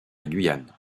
guyane